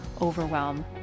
overwhelm